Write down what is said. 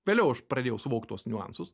vėliau aš pradėjau suvokt tuos niuansus